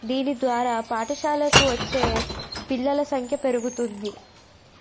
దీని ద్వారా పాఠశాలకి వచ్చే పిల్లల సంఖ్య కూడా పెరుగుతుంది